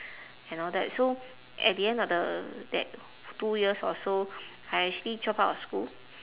and all that so at the end of the that two years or so I actually drop out of school